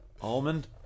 Almond